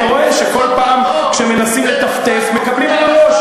אתה רואה שכל פעם כשמנסים לטפטף, מקבלים על הראש.